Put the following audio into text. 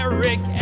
Eric